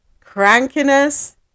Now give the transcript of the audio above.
crankiness